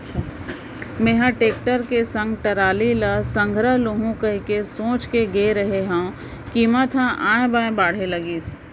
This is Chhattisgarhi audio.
मेंहा टेक्टर के संग टराली ल संघरा लुहूं कहिके सोच के गे रेहे हंव कीमत ह ऑय बॉय बाढ़े लगिस